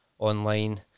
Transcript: online